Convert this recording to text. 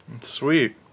sweet